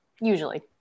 usually